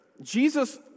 Jesus